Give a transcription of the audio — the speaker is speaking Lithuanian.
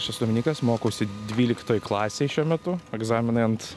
aš esu dominykas mokausi dvyliktoj klasėj šiuo metu egzaminai ant